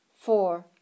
four